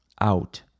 out